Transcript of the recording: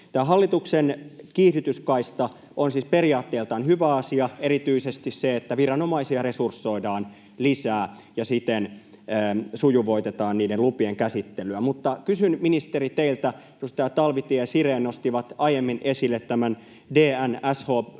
hallituksen kiihdytyskaista on siis periaatteeltaan hyvä asia, erityisesti se, että viranomaisia resursoidaan lisää ja siten sujuvoitetaan lupien käsittelyä. Mutta kysyn, ministeri, teiltä — edustajat Talvitie ja Sirén nostivat aiemmin esille tämän DNSH-kriteerin: